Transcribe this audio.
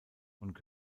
und